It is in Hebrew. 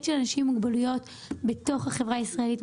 של אנשים עם מוגבלויות בתוך החברה הישראלית,